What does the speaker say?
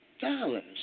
dollars